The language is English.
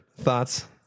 thoughts